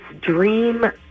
dream